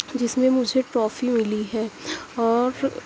جس میں مجھے ٹرافی ملی ہے اور